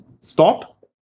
stop